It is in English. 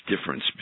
difference